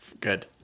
Good